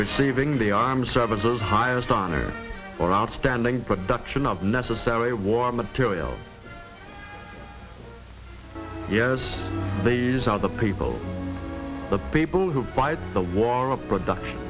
receiving the armed services highest honor for outstanding production of necessary war materiel yes they use out the people the people who fight the war a production